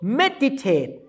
meditate